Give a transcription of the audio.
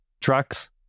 Trucks